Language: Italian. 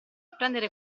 prendere